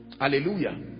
Hallelujah